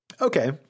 Okay